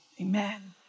Amen